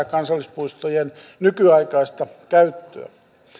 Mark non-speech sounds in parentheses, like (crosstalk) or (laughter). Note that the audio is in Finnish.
(unintelligible) kansallispuistojen nykyaikaista käyttöä